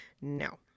No